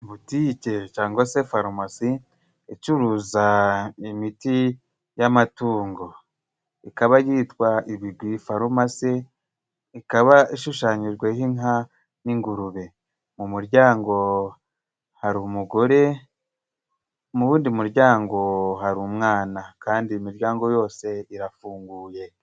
Butike cangwa se farumasi icuruza imiti y'amatungo, ikaba yitwa ibigwi farumasi ikaba ishushanyijweho inka n'ingurube, mu muryango harumu umugore, mu wundi muryango hari umwana kandi imiryango yose irafunguye.